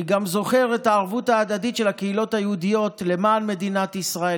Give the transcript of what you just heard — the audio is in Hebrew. אני גם זוכר את הערבות ההדדית של הקהילות היהודיות למען מדינת ישראל.